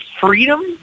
freedom